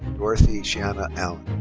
dorothea shiana allen.